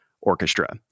orchestra